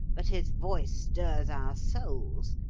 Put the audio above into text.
but his voice stirs our souls.